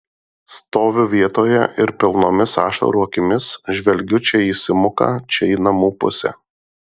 stoviu vietoje ir pilnomis ašarų akimis žvelgiu čia į simuką čia į namų pusę